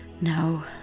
no